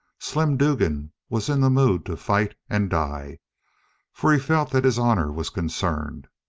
slim dugan was in the mood to fight and die for he felt that his honor was concerned.